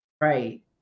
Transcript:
right